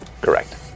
Correct